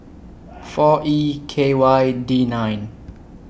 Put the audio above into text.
four E K Y D nine